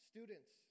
Students